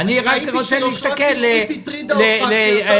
ראיתי שיושרה ציבורית הטרידה אותך כשישבת